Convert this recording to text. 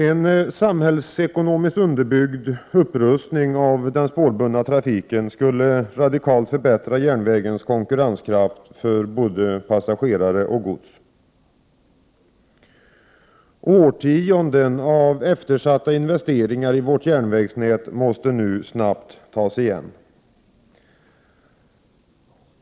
En samhällsekonomiskt underbyggd upprustning av den spårbundna trafiken skulle radikalt förbättra järnvägens konkurrenskraft för både passagerare och gods. Årtionden av eftersatta investeringar i vårt järnvägsnät måste nu snabbt tas igen.